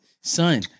son